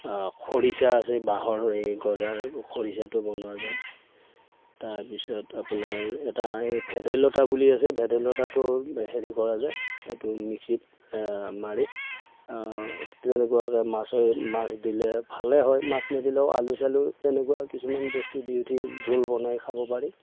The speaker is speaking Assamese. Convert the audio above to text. খৰিচা আছে বাঁহৰ এই গজাৰ খৰিচাটো বনোৱা যায় তাৰপিছত আপোনাৰ এটা এই ভেদাইলতা বুলি আছে ভেদাইলতাটোৰ হেৰি কৰা যায় এইটো মিক্সিত মাৰি তেনেকুৱাকৈ মাছে মাছ দিলে ভালে হয় মাছ নিদিলেও আলু চালুৰ তেনেকুৱা কিছুমান বস্তু দি উঠি জোল বনাই খাব পাৰি